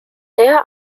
there